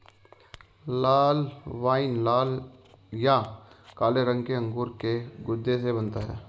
लाल wine लाल या काले रंग के अंगूर के गूदे से बनता है